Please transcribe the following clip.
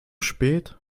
spät